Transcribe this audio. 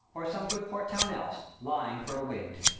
or some good port-town else, lying for a wind.